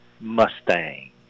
Mustang